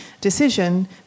decision